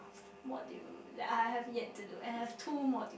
module that I have yet to do and I have two module